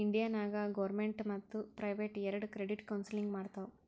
India ನಾಗ್ government ಮತ್ತ private ಎರೆಡು ಕ್ರೆಡಿಟ್ ಕೌನ್ಸಲಿಂಗ್ ಮಾಡ್ತಾವ್